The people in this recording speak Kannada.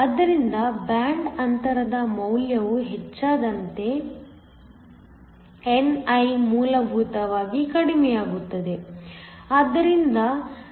ಆದ್ದರಿಂದ ಬ್ಯಾಂಡ್ ಅಂತರದ ಮೌಲ್ಯವು ಹೆಚ್ಚಾದಂತೆ ನಿ ಮೂಲಭೂತವಾಗಿ ಕಡಿಮೆಯಾಗುತ್ತದೆ